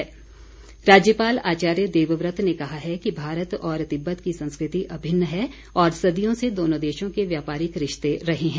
राज्यपाल राज्यपाल आचार्य देवव्रत ने कहा है कि भारत और तिब्बत की संस्कृति अभिन्न है तथा सदियों से दोनों देशों के व्यापारिक रिश्ते रहे हैं